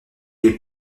les